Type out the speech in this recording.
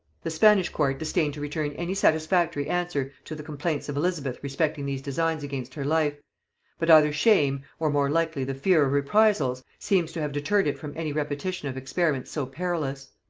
the spanish court disdained to return any satisfactory answer to the complaints of elizabeth respecting these designs against her life but either shame, or more likely the fear of reprisals, seems to have deterred it from any repetition of experiments so perilous.